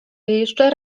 jeszcze